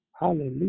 Hallelujah